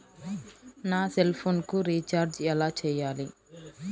నా సెల్ఫోన్కు రీచార్జ్ ఎలా చేయాలి?